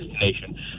destination